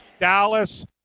Dallas